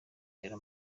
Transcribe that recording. ahera